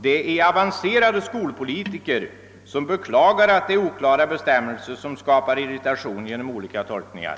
De är avancerade skolpolitiker som beklagar att de oklara bestämmelserna skapar irritation genom olika tolkningar.